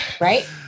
Right